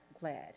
glad